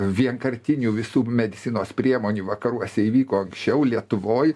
vienkartinių visų medicinos priemonių vakaruose įvyko anksčiau lietuvoj